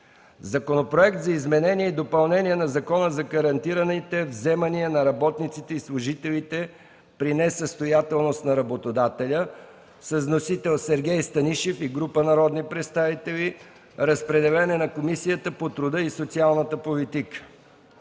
Законопроект за изменение и допълнение на Закона за гарантираните вземания на работниците и служителите при несъстоятелност на работодателя. Вносители са Сергей Станишев и група народни представители. Водеща е Комисията по труда и социалната политика.